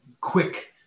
quick